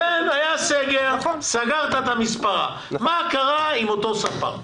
היה סגר, הוא סגר את המספרה, מה קרה עם אותו ספר?